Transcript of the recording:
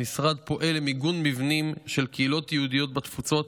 המשרד פועל למיגון מבנים של קהילות יהודיות בתפוצות,